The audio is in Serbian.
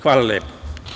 Hvala lepo.